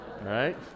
Right